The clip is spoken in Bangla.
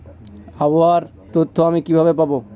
আবহাওয়ার তথ্য আমি কিভাবে পাবো?